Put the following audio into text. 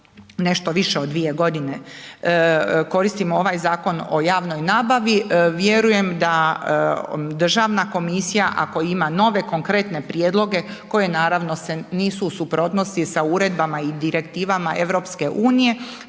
nešto više od 2.g., koristimo ovaj Zakon o javnoj nabavi, vjerujem da državna komisija ako ima nove konkretne prijedloge koje naravno se nisu u suprotnosti sa uredbama i direktivama EU, da će